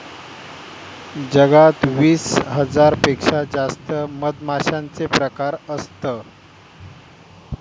जगात वीस हजार पेक्षा जास्त मधमाश्यांचे प्रकार असत